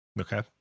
Okay